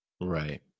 Right